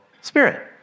spirit